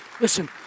Listen